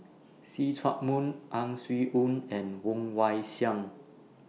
See Chak Mun Ang Swee Aun and Woon Wah Siang